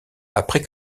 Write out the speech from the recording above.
après